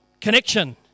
connection